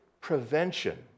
prevention